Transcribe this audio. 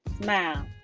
smile